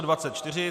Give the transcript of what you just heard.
24.